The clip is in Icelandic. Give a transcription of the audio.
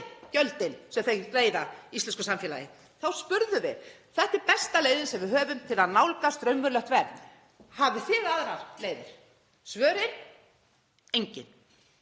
gjöldin sem þau greiða íslensku samfélagi: Þetta er besta leiðin sem við höfum til að nálgast raunverulegt verð, hafið þið aðrar leiðir? Svörin? Engin.